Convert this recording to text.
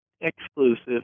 exclusive